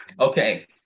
Okay